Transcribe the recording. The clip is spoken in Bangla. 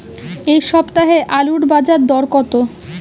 এ সপ্তাহে আলুর বাজার দর কত?